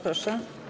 Proszę.